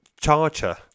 Charger